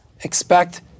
expect